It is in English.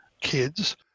kids